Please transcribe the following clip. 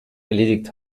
erledigt